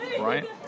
right